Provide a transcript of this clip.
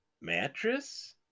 mattress